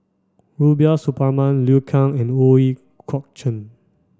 Rubiah Suparman Liu Kang and Ooi Kok Chuen